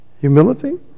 humility